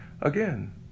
Again